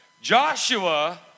Joshua